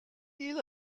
you